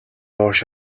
доош